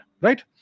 right